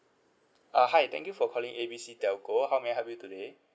uh hi thank you for calling A B C telco how may I help you today